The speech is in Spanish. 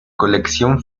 colección